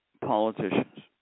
politicians